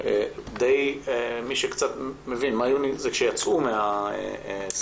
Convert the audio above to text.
מי שקצת מבין, מאי-יוני זה כשיצאו מהסגר.